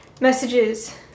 messages